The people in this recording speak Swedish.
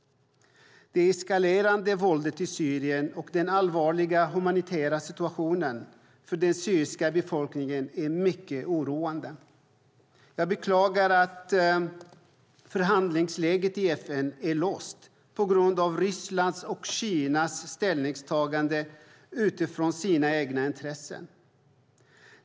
Det eskalerande våldet i Syrien och den allvarliga humanitära situationen för den syriska befolkningen är mycket oroande. Jag beklagar att förhandlingsläget i FN är låst på grund av Rysslands och Kinas ställningstagande utifrån sina egna intressen.